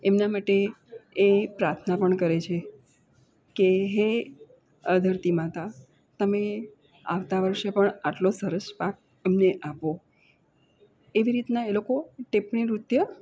એમના માટે એ પ્રાર્થના પણ કરે છે કે આ ધરતીમાતા તમે આવતા વર્ષ પણ આટલો સરસ પાક અમને આપો એવી રીતના એ લોકો ટીપ્પણી નૃત્ય